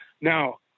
Now